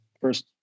first